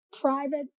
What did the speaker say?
private